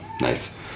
Nice